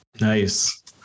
Nice